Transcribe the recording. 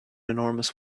enormous